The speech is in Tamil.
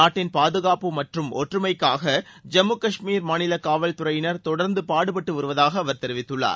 நாட்டின் பாதுகாப்பு மற்றும் ஒற்றுமைக்காக ஜம்மு காஷ்மீர் மாநில காவல் துறையினர் தொடர்ந்து பாடுபட்டு வருவதாக அவர் தெரிவித்துள்ளார்